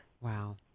Wow